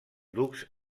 ducs